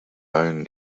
own